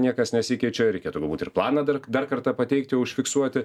niekas nesikeičia reikia turbūt ir planą dar dar kartą pateikti užfiksuoti